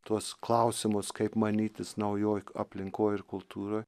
tuos klausimus kaip manytis naujoj aplinkoj ir kultūroj